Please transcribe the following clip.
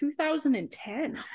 2010